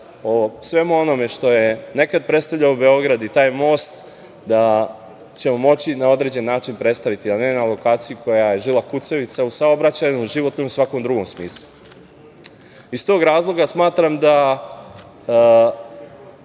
svemu onome što je nekad predstavljalo Beograd i taj most, da ćemo moći na određeni način predstaviti, a ne na lokaciji koja je žila kucavica u saobraćaju, u životnom i u svakom drugom smislu. Iz tog razloga, smatram da